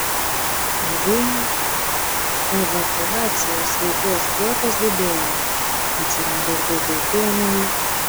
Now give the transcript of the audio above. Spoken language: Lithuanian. ilgainiui evakuacijos veiklos plotas didėjo atsirado ir daugiau priemonių